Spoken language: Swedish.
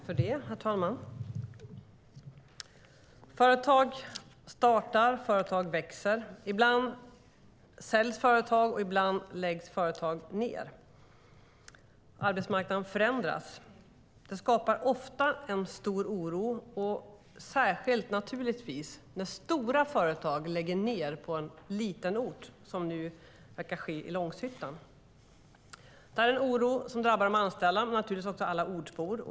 Herr talman! Företag startar, företag växer. Ibland säljs företag och ibland läggs företag ned. Arbetsmarknaden förändras. Det skapar ofta en stor oro, särskilt när stora företag lägger ned på en liten ort som det nu verkar ske i Långshyttan. Det är en oro som drabbar de anställda och naturligtvis alla ortsbor.